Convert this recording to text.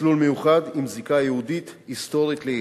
מסלול מיוחד עם זיקה יהודית היסטורית לעיר.